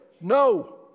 no